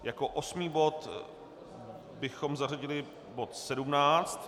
Jako osmý bod bychom zařadili bod 17.